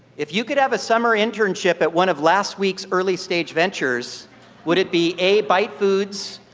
if you could have a summer internship at one of last week's early stage ventures would it be a, byte foods,